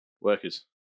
workers